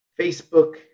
Facebook